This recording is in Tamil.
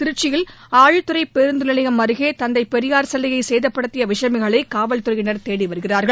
திருச்சியில் ஆழித்துறை பேருந்து நிலையம் அருகே தந்தை பெரியார் சிலையை சேதப்படுத்திய விஷ்மிகளை காவல்துறையினா் தேடி வருகிறார்கள்